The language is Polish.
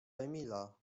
emila